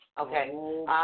Okay